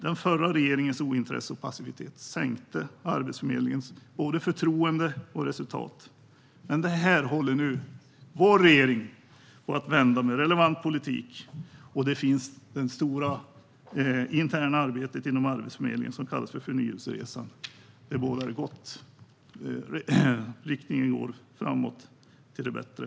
Den förra regeringens ointresse och passivitet sänkte tyvärr Arbetsförmedlingens förtroende och resultat. Detta håller nu vår regering på att vända med relevant politik. Inom Arbetsförmedlingen pågår också det stora interna arbete som kallas för Förnyelseresan. Det bådar gott. Riktningen går framåt till det bättre.